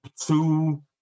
two